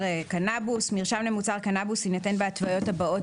קנבוס 17ב. מרשם למוצר קנבוס יינתן בהתוויות הבאות